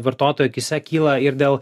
vartotojų akyse kyla ir dėl